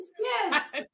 Yes